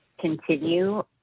continue